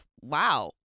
wow